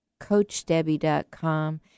coachdebbie.com